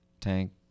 tank